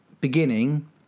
Beginning